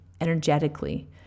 energetically